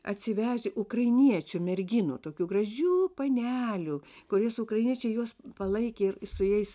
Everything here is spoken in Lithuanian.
atsivežę ukrainiečių merginų tokių gražių panelių kurios ukrainiečiai juos palaikė ir su jais